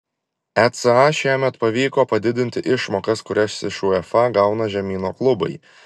eca šiemet pavyko padidinti išmokas kurias iš uefa gauna žemyno klubai